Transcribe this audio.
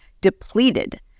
depleted